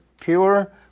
pure